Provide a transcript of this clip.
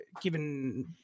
given